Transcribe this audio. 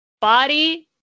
body